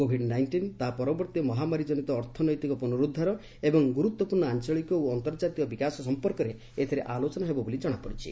Covid nineteen ତା' ପରବର୍ତ୍ତୀ ମହାମାରୀଜନିତ ଅର୍ଥନୈତିକ ପୁନରୁଦ୍ଧାର ଏବଂ ଗୁରୁତ୍ୱପୂର୍ଣ୍ଣ ଆଞ୍ଚଳିକ ଓ ଅନ୍ତର୍ଜାତୀୟ ବିକାଶ ସମ୍ପର୍କରେ ଏଥିରେ ଆଲୋଚନା ହେବ ବୋଲି ଜଣାପଡ଼ିଛି